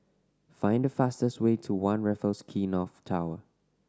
find the fastest way to One Raffles Quay North Tower